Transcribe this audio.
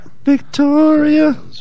Victoria